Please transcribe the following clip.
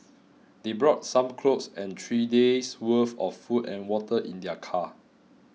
they brought some clothes and three days worth of food and water in their car